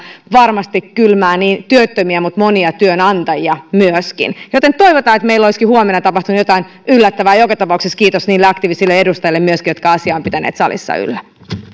varmasti kylmää niin työttömiä kuin myöskin monia työnantajia joten toivotaan että meillä olisikin huomenna tapahtunut jotain yllättävää joka tapauksessa kiitos myöskin niille aktiivisille edustajille jotka asiaa ovat pitäneet salissa yllä